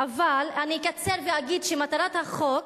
אבל אני אקצר ואגיד שמטרת החוק,